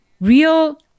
real